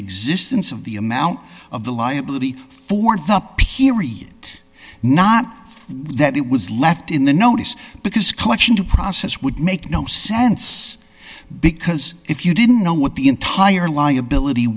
existence of the amount of the liability for the period not that it was left in the notice because collection to process would make no sense because if you didn't know what the entire liability